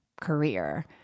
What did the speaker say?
career